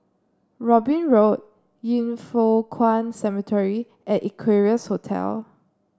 Robin Road Yin Foh Kuan Cemetery and Equarius Hotel